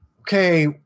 okay